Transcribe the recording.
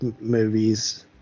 movies